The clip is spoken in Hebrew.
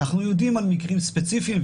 אנחנו יודעים על מקרים ספציפיים,